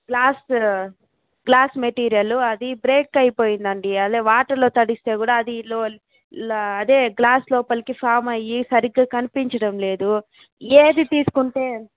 glass glass material అది break అయిపోయిందండీ అదే వాటర్లో తడిస్తే కూడా అది లో ల అదే గ్లాస్ లోపలకి ఫామ్ అయ్యి సరిగ్గా కనిపించడం లేదు ఏది తీసుకుంటే